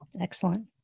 Excellent